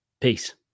Peace